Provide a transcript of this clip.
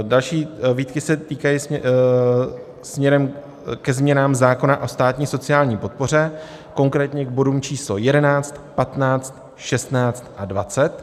Další výtky se týkají směrem ke změnám zákona o státní sociální podpoře, konkrétně k bodům číslo 11, 15, 16 a 20.